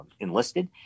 enlisted